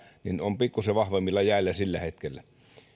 niin on pikkuisen vahvemmilla jäillä sillä hetkellä